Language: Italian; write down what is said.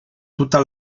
tutta